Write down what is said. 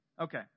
Okay